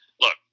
look